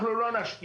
אנחנו לא נשקיע.